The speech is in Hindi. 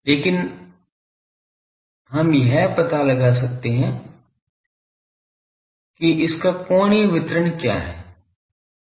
लेकिन अब हम यह पता लगाना चाहते हैं कि इसका कोणीय वितरण क्या है